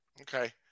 okay